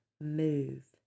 move